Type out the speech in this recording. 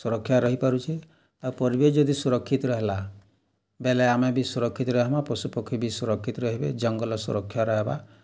ସୁରକ୍ଷା ରହିପାରୁଛି ତାପରେ ବି ଯଦି ସୁରକ୍ଷିତ ରହିଲା ବେଲେ ଆମେ ବି ସୁରକ୍ଷିତ ରହେମା ପଶୁପକ୍ଷୀ ବି ସୁରକ୍ଷିତ ରହିବେ ଜଙ୍ଗଲ ସୁରକ୍ଷା ରହେମା